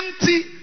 empty